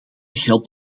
geld